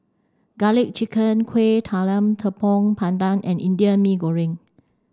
Garlic Chicken Kuih Talam Tepong Pandan and Indian Mee Goreng